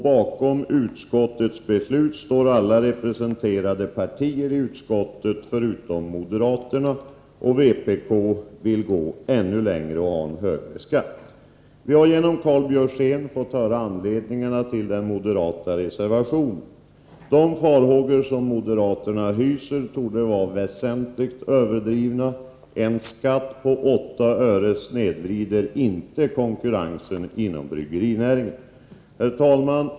Bakom utskottets beslut står alla i utskottet representerade partier förutom modera terna, och vpk vill gå ännu längre och ha en högre skatt. Vi har genom Karl Björzén fått höra anledningarna till den moderata reservationen. De farhågor som moderaterna hyser torde vara väsentligt överdrivna. En skatt på 8 öre snedvrider inte konkurrensen inom bryggerinäringen. Herr talman!